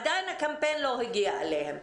עדיין הקמפיין לא הגיע אליהן.